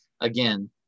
again